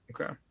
Okay